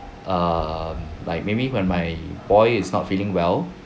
err like maybe when my boy is not feeling well